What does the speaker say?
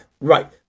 right